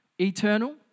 Eternal